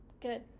Good